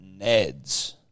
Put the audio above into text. Neds